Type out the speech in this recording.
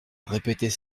répéter